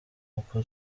uko